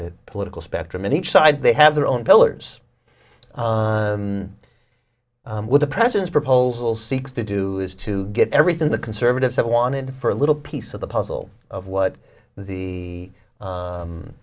the political spectrum in each side they have their own pillars with the president's proposal seeks to do is to get everything the conservatives have wanted for a little piece of the puzzle of what the